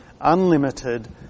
unlimited